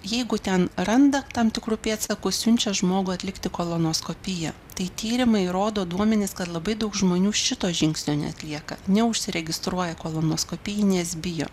jeigu ten randa tam tikrų pėdsakų siunčia žmogų atlikti kolonoskopiją tai tyrimai rodo duomenis kad labai daug žmonių šito žingsnio neatlieka neužsiregistruoja kolonoskopijai nes bijo